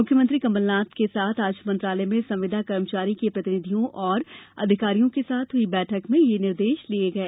मुख्यमंत्री कमलनाथ के साथ आज मंत्रालय में संविदा कर्मचारी के प्रतिनिधियों और अधिकारियों के साथ हुई बैठक में यह निर्देश दिये गये